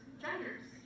genders